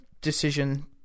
decision